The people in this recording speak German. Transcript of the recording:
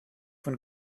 von